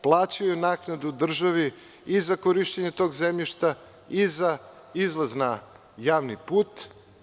Plaćaju naknadu državi i za korišćenje tog zemljišta i za izlaz na javni put.